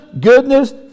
goodness